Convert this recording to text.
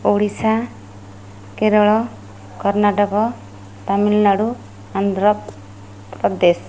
Odisha Kerala Karnataka Tamil Nadu Andhra Pradesh